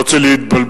לא צריך להתבלבל,